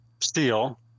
steel